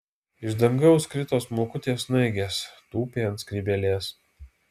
iš dangaus krito smulkutės snaigės tūpė ant skrybėlės